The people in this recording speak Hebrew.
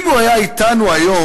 אם הוא היה אתנו היום,